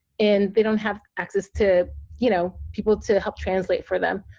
and they don't have access to you know people to help translate for them.